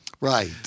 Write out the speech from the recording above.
Right